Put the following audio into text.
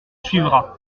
suivra